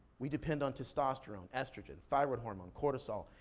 we depend on testosterone, estrogen, thyroid hormone, cortisol,